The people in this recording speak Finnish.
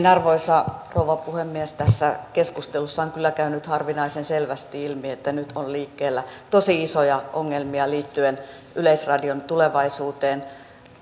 arvoisa rouva puhemies tässä keskustelussa on kyllä käynyt harvinaisen selvästi ilmi että nyt on liikkeellä tosi isoja ongelmia liittyen yleisradion tulevaisuuteen